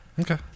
Okay